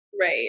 Right